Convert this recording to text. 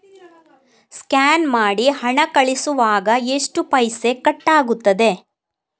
Scan ಮಾಡಿ ಹಣ ಕಳಿಸುವಾಗ ಎಷ್ಟು ಪೈಸೆ ಕಟ್ಟಾಗ್ತದೆ?